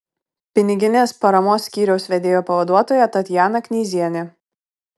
piniginės paramos skyriaus vedėjo pavaduotoja tatjana knyzienė